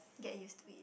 get used to it